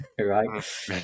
right